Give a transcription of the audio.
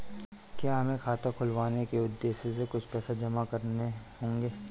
क्या हमें खाता खुलवाने के उद्देश्य से कुछ पैसे जमा करने होंगे?